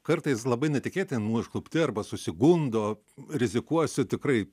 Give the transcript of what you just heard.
kartais labai netikėtai užklupti arba susigundo rizikuosiu tikrai